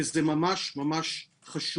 וזה ממש חשוב.